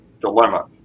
dilemma